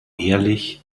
ehrlich